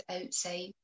outside